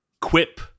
quip